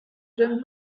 jeune